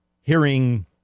hearing